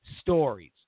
stories